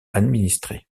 administrer